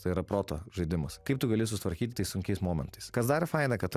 tai yra proto žaidimas kaip tu gali sutvarkyti tais sunkiais momentais kas dar faina kad